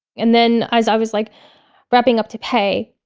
and then i was like wrapping up to pay,